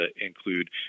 include